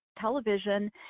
television